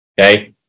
Okay